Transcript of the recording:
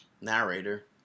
narrator